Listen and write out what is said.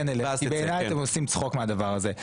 אלך כי בעיניי אתם עושים צחוק מהדבר הזה.